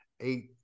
eight